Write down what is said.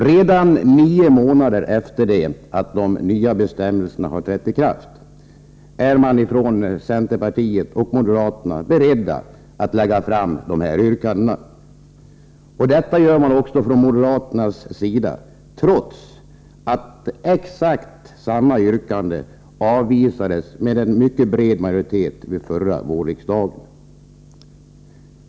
Redan nio månader efter det att de nya bestämmelserna trätt i kraft är centerpartiet och moderaterna beredda att lägga fram dessa yrkanden. Från moderaternas sida gör man detta trots att exakt samma yrkande avvisades av riksdagen med en mycket bred majoritet under förra vårsessionen.